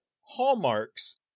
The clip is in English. hallmarks